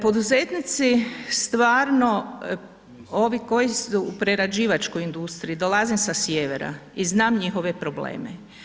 Poduzetnici stvarno, ovi koji su u prerađivačkoj industriji, dolazim sa sjevera i znam njihove probleme.